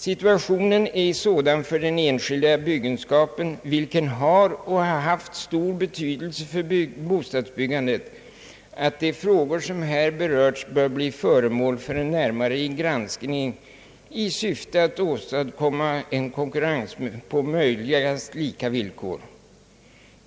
Situationen är sådan för den enskilda byggenskapen, vilken har och haft stor betydelse för bostadsbyggandet, att de frågor som här berörts bör bli föremål för en närmare granskning i syfte att åstadkomma en konkurrens på möjligast lika villkor.